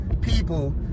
people